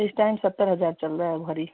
इस टाइम सत्तर हज़ार चल रहा भरी